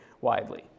widely